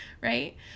right